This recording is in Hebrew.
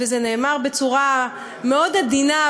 וזה נאמר בצורה מאוד עדינה,